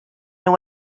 nhw